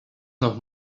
nos